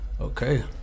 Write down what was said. okay